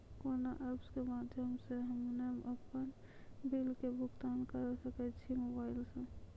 कोना ऐप्स के माध्यम से हम्मे अपन बिल के भुगतान करऽ सके छी मोबाइल से?